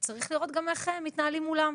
שצריך לראות גם איך מתנהלים מולן.